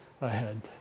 ahead